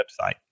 website